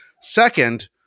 Second